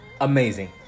amazing